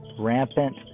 Rampant